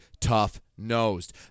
tough-nosed